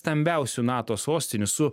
stambiausių nato sostinių su